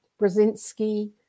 Brzezinski